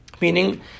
Meaning